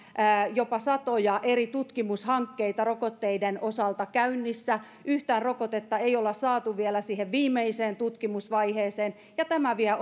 jopa satoja eri tutkimushankkeita rokotteiden osalta käynnissä yhtään rokotetta ei olla saatu vielä siihen viimeiseen tutkimusvaiheeseen ja tämä vie